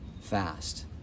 fast